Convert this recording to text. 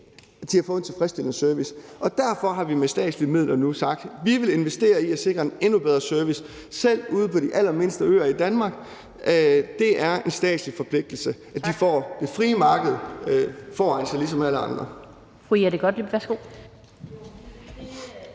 har fået en tilfredsstillende service. Derfor har vi nu sagt, at vi med statslige midler vil investere i at sikre en endnu bedre service, selv ude på de allermindste øer i Danmark. Det er en statslig forpligtelse, at de får det frie marked ligesom alle andre.